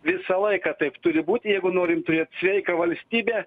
visą laiką taip turi būt jeigu norim turėt sveiką valstybę